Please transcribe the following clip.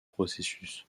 processus